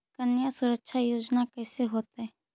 कन्या सुरक्षा योजना कैसे होतै?